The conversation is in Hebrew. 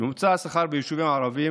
השכר הממוצע ביישובים הערביים